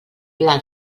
pla